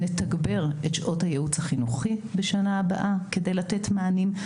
נתגבר את שעות הייעוץ החינוכי בשנה הבאה כדי לתת מענים.